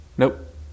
Nope